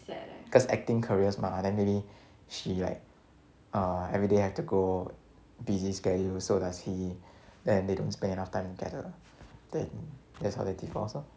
cause acting careers mah then maybe she like uh everyday have to go busy schedule so does he then they don't spend enough time together then that's how they divorce lor